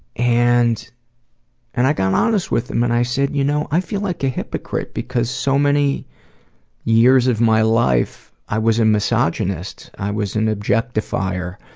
and and i got honest with them and i said you know i feel like a hypocrite because so many years of my life, i was a misogynist. i was an objectifier.